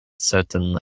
certain